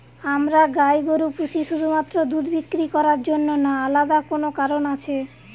আমরা গাই গরু পুষি শুধুমাত্র দুধ বিক্রি করার জন্য না আলাদা কোনো কারণ আছে?